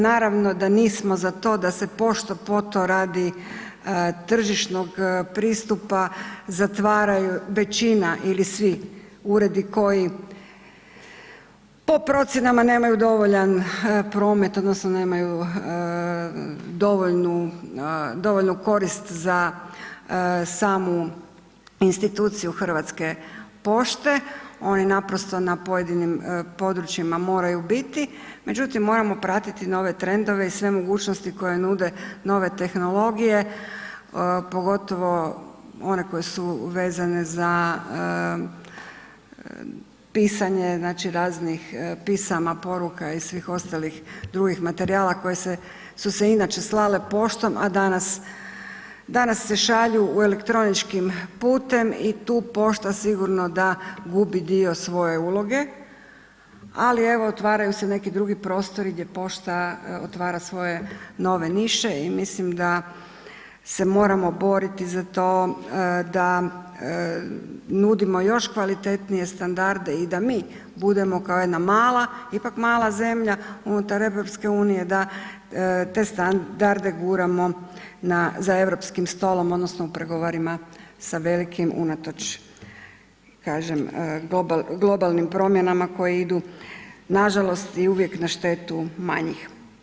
Naravno da nismo za to da se pošto-poto radi tržišnog pristupa zatvaraju većina ili svi uredi koji po procjenama nemaju dovoljan promet odnosno nemaju dovoljnu korist za samu instituciju Hrvatske pošte, oni naprosto na pojedinim područjima moraju biti međutim moramo pratiti nove trendove i sve mogućnosti koje nude nove tehnologije pogotovo one koje su vezane za pisanje raznih pisama, poruka i svih ostalih drugih materijala koje su se inače slale poštom a danas se šalju elektroničkim putem i tu pošta sigurno da gubi dio svoje uloge ali evo otvaraju se neki drugi prostori gdje pošta otvara svoje nove niše i mislim da se moramo boriti za to da nudimo još kvalitetnije standarde i da mi budemo kao jedna mala ipak mala zemlja unutar EU-a da te standarde guramo za europskim stolom odnosno u pregovorima sa velikim unatoč globalnim promjenama koje idu nažalost i uvijek na štetu manjih.